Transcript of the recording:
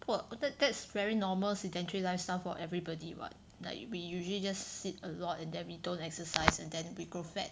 !wah! that's very normal sedentary lifestyle for everybody [what] like you we usually just sit a lot and then we don't exercise and then we grow fat